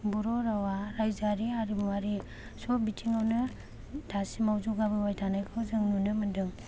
बर' रावा रायजोआरि हारिमुवारि सब बिथिङावनो दासिमाव जौगाबोबाय थानायखौ जों नुनो मोन्दों